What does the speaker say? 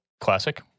Classic